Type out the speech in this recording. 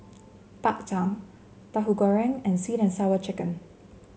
Bak Chang Tauhu Goreng and sweet and Sour Chicken